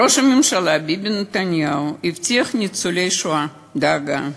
ראש הממשלה ביבי נתניהו הבטיח לניצולי השואה דאגה,